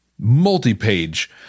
multi-page